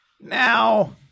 Now